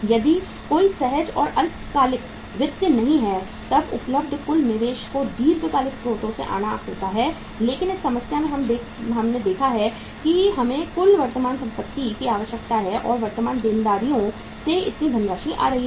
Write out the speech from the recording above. यदि कोई सहज या अल्पकालिक वित्त नहीं है तब उपलब्ध कुल निवेश को दीर्घकालिक स्रोतों से आना होता है लेकिन इस समस्या में हम हमने देखा है कि हमें कुल वर्तमान संपत्ति की आवश्यकता है और वर्तमान देनदारियों से इतनी धनराशि आ रही है